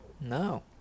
no